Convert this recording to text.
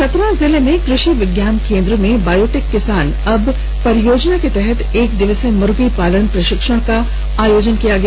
चतरा जिले में कृषि विज्ञान केंद्र में बायोटेक किसान हब परियोजना के तहत एक दिवसीय मुर्गी पालन प्रशिक्षण का आयोजन किया गया